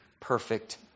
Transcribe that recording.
perfect